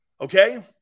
Okay